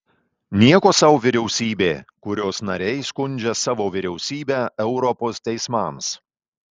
nieko sau vyriausybė kurios nariai skundžia savo vyriausybę europos teismams